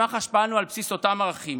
במח"ש פעלנו על בסיס אותם ערכים.